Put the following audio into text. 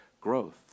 growth